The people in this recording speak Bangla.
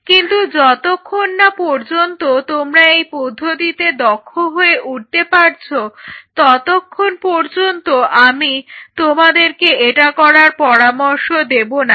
কিন্তু যতক্ষণ না তোমরা এই পদ্ধতিতে দক্ষ হয়ে উঠতে পারছ ততক্ষণ পর্যন্ত আমি তোমাদেরকে এটা ব্যবহার করার পরামর্শ দেব না